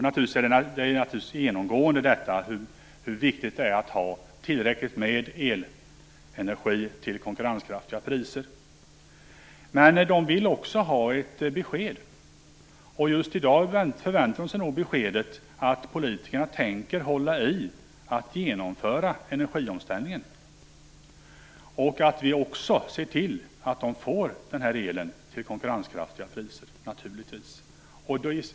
Naturligtvis är det genomgående hur viktigt det är att ha tillräckligt med elenergi till konkurrenskraftiga priser. Men man vill också ha ett besked. Just i dag förväntar man sig nog beskedet att politikerna tänker hålla fast vid att genomföra energiomställningen och naturligtvis att vi också ser till att man får el till konkurrenskraftiga priser.